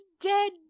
dead